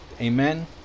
amen